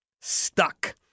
stuck